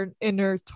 inner